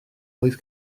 oedd